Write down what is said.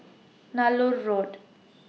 Nallur Road